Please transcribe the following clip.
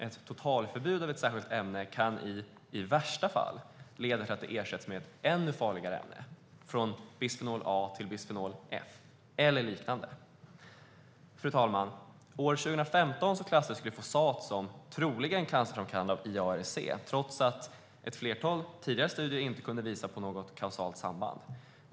Ett totalförbud mot ett särskilt ämne kan i värsta fall leda till att det ersätts med ett ännu farligare ämne - från bisfenol A till bisfenol F eller liknande. Fru talman! År 2015 klassades glyfosat av IARC som "troligen cancerframkallande", trots att ett flertal tidigare studier inte kunnat visa på något kausalt samband.